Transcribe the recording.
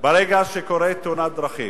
ברגע שקורית תאונת דרכים.